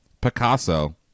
Picasso